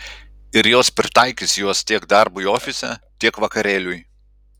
ir jos pritaikys juos tiek darbui ofise tiek vakarėliui